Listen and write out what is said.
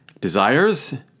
desires